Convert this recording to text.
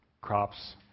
crops